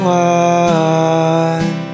one